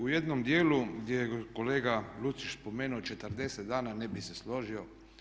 U jednom dijelu gdje je kolega Lucić spomenuo 40 dana ne bih se složio.